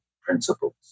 principles